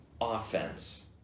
offense